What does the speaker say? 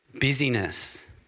Busyness